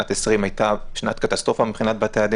שנת 2020 הייתה שנת קטסטרופה מבחינת בתי הדין